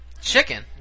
Chicken